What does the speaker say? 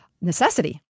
necessity